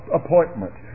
appointment